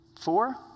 four